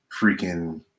freaking